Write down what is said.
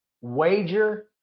wager